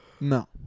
No